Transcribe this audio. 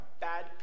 bad